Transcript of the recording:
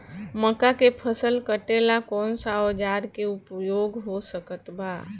मक्का के फसल कटेला कौन सा औजार के उपयोग हो सकत बा?